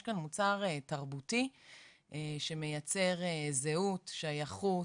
יש כאן מוצר תרבותי שמיצר זהות, שייכות,